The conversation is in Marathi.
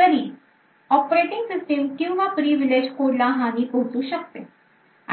तरी os किंवा previleged code ला हानी पोहोचू शकते